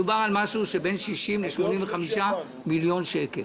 מדובר על משהו שבין 60 ל-85 מיליון שקל,